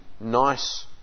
nice